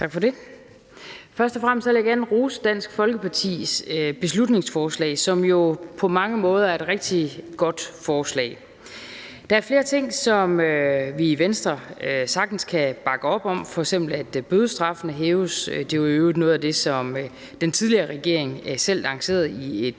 Tak for det. Først og fremmest vil jeg gerne rose Dansk Folkepartis beslutningsforslag, som jo på mange måder er et rigtig godt forslag. Der er flere ting, som vi i Venstre sagtens kan bakke op om, f.eks. at bødestraffene hæves. Det var i øvrigt noget af det, som den tidligere regering selv lancerede i et